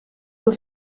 were